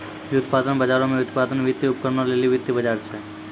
व्युत्पादन बजारो मे व्युत्पादन, वित्तीय उपकरणो लेली वित्तीय बजार छै